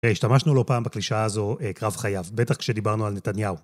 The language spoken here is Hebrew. השתמשנו לא פעם בקלישאה הזו קרב חייו, בטח כשדיברנו על נתניהו.